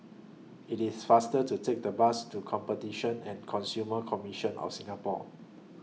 It's faster to Take The Bus to Competition and Consumer Commission of Singapore